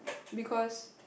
because